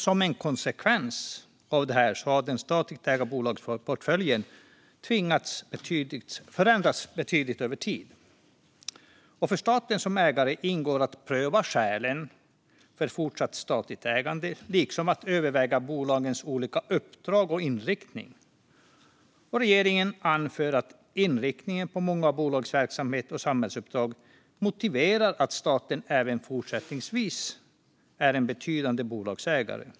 Som en konsekvens av detta har den statligt ägda bolagsportföljen förändrats betydligt över tid. För staten som ägare ingår att pröva skälen för fortsatt statligt ägande liksom att överväga bolagens olika uppdrag och inriktning. Regeringen anför att inriktningen på många av bolagens verksamhet och samhällsuppdrag motiverar att staten även fortsättningsvis är en betydande bolagsägare.